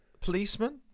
Policeman